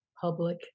public